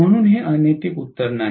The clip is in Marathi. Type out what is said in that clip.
म्हणून हे अनैतिक उत्तर नाही